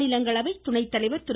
மாநிலங்களவை துணைத்தலைவா் திரு